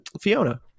fiona